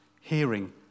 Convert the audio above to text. hearing